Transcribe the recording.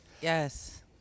yes